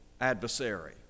adversary